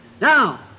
Now